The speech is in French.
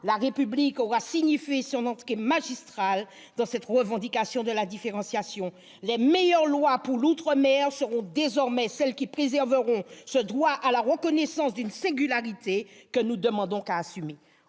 la République aura signifié son entrée magistrale dans cette revendication de la différenciation. Les meilleures lois pour l'outre-mer seront désormais celles qui préserveront ce droit à la reconnaissance d'une singularité que nous ne demandons qu'à assumer.